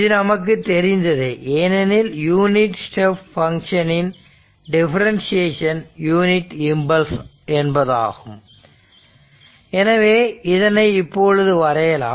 இது நமக்கு தெரிந்ததே ஏனெனில் யூனிட் ஸ்டெப் பங்க்ஷன் இன் டிஃபரண்டியேஷன் யூனிட் இம்பல்ஸ் என்பதாகும் எனவே இதனை இப்பொழுது வரையலாம்